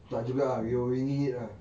tak juga ah we were winging it lah